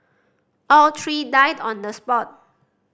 all three died on the spot